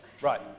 Right